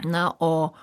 na o